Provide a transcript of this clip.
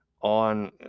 on